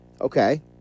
Okay